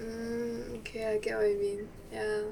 mm okay I get what you mean ya